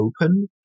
open